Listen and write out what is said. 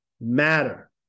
matter